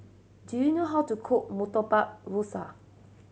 do you know how to cook Murtabak Rusa